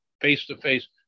face-to-face